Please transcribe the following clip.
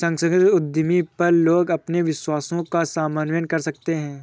सांस्कृतिक उद्यमी पर लोग अपने विश्वासों का समन्वय कर सकते है